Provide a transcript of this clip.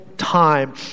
time